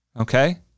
okay